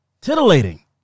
titillating